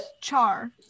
Char